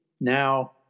now